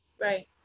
Right